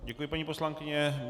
Děkuji, paní poslankyně.